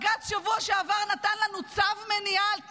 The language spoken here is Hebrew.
בשבוע שעבר בג"ץ נתן לנו צו מניעה על תנאי,